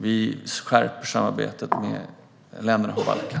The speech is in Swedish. Vi skärper också samarbetet med länderna på Balkan.